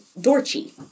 Dorchi